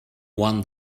one